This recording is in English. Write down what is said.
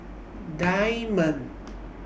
Diamond